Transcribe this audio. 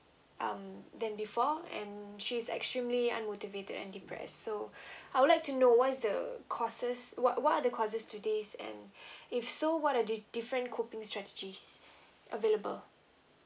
um than before and she's extremely unmotivated and depress so I would like to know what is the causes what what are the causes to this and if so what are the different coping strategies available